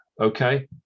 okay